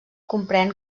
comprèn